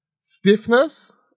stiffness